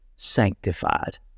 sanctified